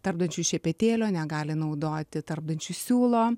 tarpdančių šepetėlio negali naudoti tarpdančių siūlo